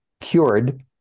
cured